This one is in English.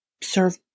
serve